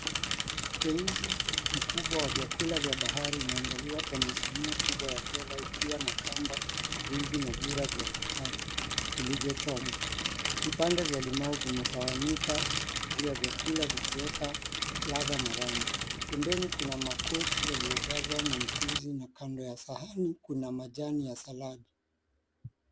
Teuzi mkubwa wa vyakula vya bahari umeandaliwa kwenye sinia kubwa ya fedha ukiwa na kamba, uduvi na vyura vya bahari vilivyochomwa. Vipande vya limau vimetawanyika juu ya vyakula vikiweka ladha na rangi. Pembeni kuna makochi yaliyojazwa na mchuzi na kando ya sahani kuna majani ya saladi.